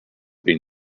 been